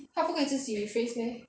他不可以自己 rephrase meh